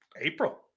april